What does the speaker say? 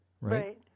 right